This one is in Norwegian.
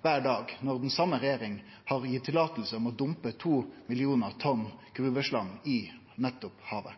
kvar dag, når den same regjeringa har gitt tillating til å dumpe 2 mill. tonn gruveslam i nettopp havet?